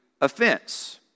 offense